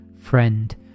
friend